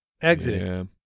Exited